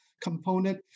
component